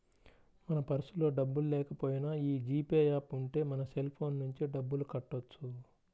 మన పర్సులో డబ్బుల్లేకపోయినా యీ జీ పే యాప్ ఉంటే మన సెల్ ఫోన్ నుంచే డబ్బులు కట్టొచ్చు